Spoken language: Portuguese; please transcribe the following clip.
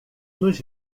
nos